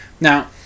Now